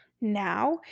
now